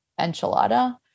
enchilada